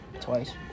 Twice